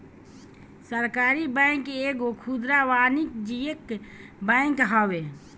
सहकारी बैंक एगो खुदरा वाणिज्यिक बैंक हवे